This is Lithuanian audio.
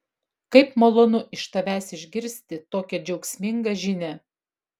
kaip malonu iš tavęs išgirsti tokią džiaugsmingą žinią